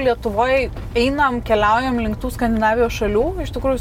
lietuvoj einam keliaujam link tų skandinavijos šalių iš tikrųjų